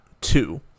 two